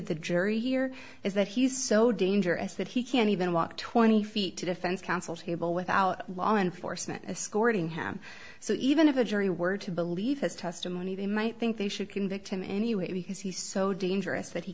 the jury here is that he's so dangerous that he can't even walk twenty feet to defense counsel table without law enforcement escorting him so even if a jury were to believe his testimony they might think they should convict him anyway because he's so dangerous that he